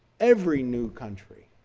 every new country